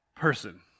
Person